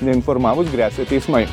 neinformavus gresia teismai